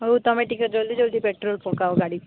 ହଉ ତମେ ଟିକେ ଜଲ୍ଦି ଜଲ୍ଦି ପେଟ୍ରୋଲ୍ ପକାଅ ଗାଡ଼ି